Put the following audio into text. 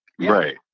Right